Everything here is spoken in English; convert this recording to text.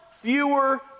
fewer